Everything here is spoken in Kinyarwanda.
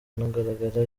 anagaragara